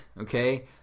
okay